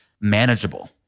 manageable